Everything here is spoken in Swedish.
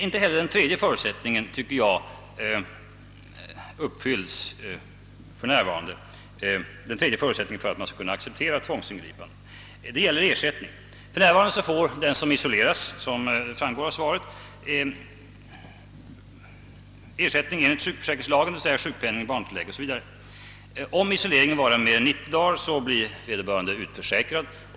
Inte heller den tredje förutsättningen för ett accepterande av tvångsingripanden — ersättningen — tycker jag uppfylles för närvarande. Nu får den som isolerats ersättning enligt sjukförsäkringslagen, d.v.s. sjukpenning, barntilllägg o.s.v. Detta framgår av svaret. Om isoleringen varar mer än 90 dagar blir vederbörande utförsäkrad.